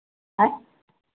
अएँ